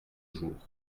jour